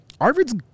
Arvid's